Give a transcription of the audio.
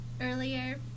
earlier